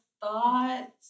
thoughts